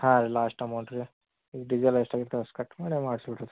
ಹಾಂ ರೀ last amount ರೀ ಡೀಸೆಲ್ ಎಷ್ಟು ಆಗೈತೋ ಅಷ್ಟು ಕಟ್ ಮಾಡಿ ಮಾಡ್ಸಿ ಬಿಡ್ರಿ